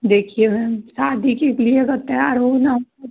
देखिए मैम शादी के लिए अगर तैयार होना होगा